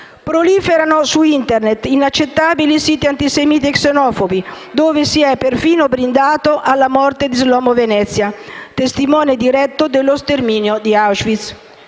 Proliferano su Internet inaccettabili siti antisemiti e xenofobi, dove si è perfino brindato alla morte di Shlomo Venezia, testimone diretto dello sterminio ad Auschwitz.